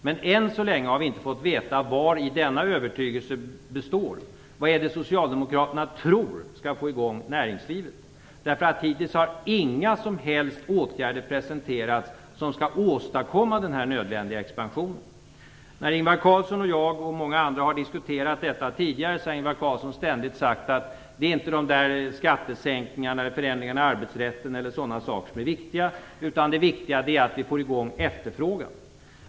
Men än så länge har vi inte fått veta vari denna övertygelse består och vad det är Socialdemokraterna tror skall få i gång näringslivet. Hittills har inga som helst åtgärder presenterats för att åstadkomma den nödvändiga expansionen. När Ingvar Carlsson, jag och många andra har diskuterat detta tidigare, har Ingvar Carlsson ständigt sagt att det inte är skattesänkningarna, förändringarna i arbetsrätten eller sådana saker som är viktiga utan att det viktiga är att vi får i gång efterfrågan.